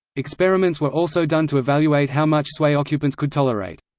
experiments were also done to evaluate how much sway occupants could tolerate.